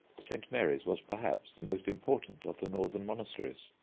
st. mary's was perhaps the most important of the northern monasteries.